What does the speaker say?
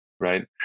right